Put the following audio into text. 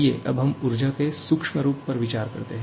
आइए अब हम ऊर्जा के सूक्ष्म रूप पर विचार करें